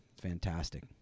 fantastic